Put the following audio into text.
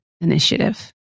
initiative